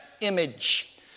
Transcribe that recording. image